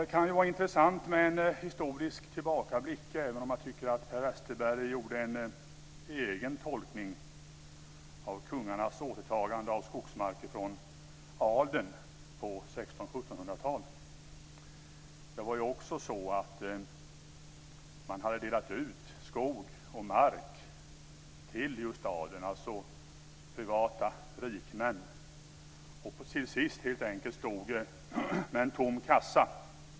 Det kan ju vara intressant med en historisk tillbakablick även om jag tycker att Per Westerberg gjorde en egen tolkning av kungarnas återtagande av skogsmarker från adeln på 1600-1700-talet. Man hade ju delat ut skog och mark till just adeln, alltså privata rikemän, och till sist stod man helt enkelt med en tom kassa.